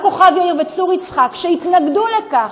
גם בכוכב יאיר וצור יצחק, שהתנגדו לכך,